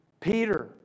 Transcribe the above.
Peter